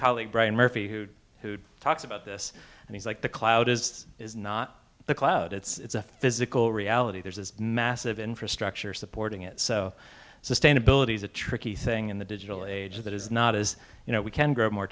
colleague brian murphy who who talks about this and he's like the cloud is is not the cloud it's a physical reality there's this massive infrastructure supporting it so sustainability is a tricky thing in the digital age that is not as you know we can grow more